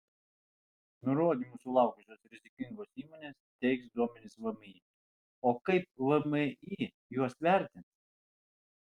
nurodymų sulaukusios rizikingos įmonės teiks duomenis vmi o kaip vmi juos vertins